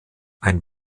ein